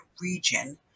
region